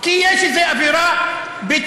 כי יש איזה אווירה ביטחונית.